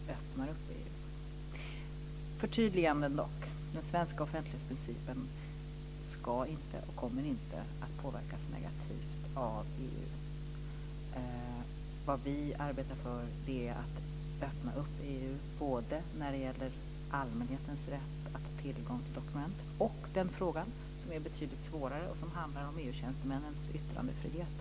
Det behövs dock förtydliganden. Den svenska offentlighetsprincipen ska inte och kommer inte att påverkas negativt av EU. Vi arbetar för att öppna EU, både när det gäller allmänhetens rätt att få tillgång till dokument och en fråga som är betydligt svårare, som handlar om EU-tjänstemännens yttrandefrihet.